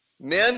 Men